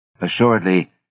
Assuredly